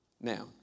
now